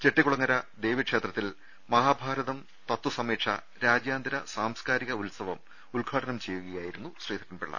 ചെട്ടി ക്കുളങ്ങര ദേവീക്ഷേത്രത്തിൽ മഹാഭാരതം തത്വസ മീക്ഷ രാജ്യാന്തര സാംസ്കാരിക ഉത്സവം ഉദ്ഘാടനം ചെയ്യുകയായിരുന്നു ശ്രീധരൻപിള്ള